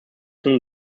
nun